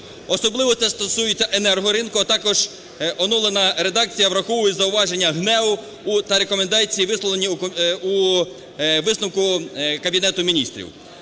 Особливо це стосується енергоринку, а також оновлена редакція враховує зауваження ГНЕУ та рекомендації, висловлені у висновку Кабінету Міністрів.